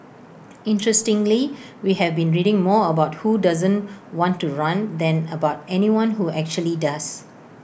interestingly we have been reading more about who doesn't want to run than about anyone who actually does